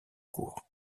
cours